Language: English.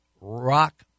rock